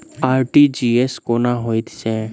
RTGS कोना होइत छै?